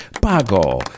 Pago